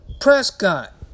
Prescott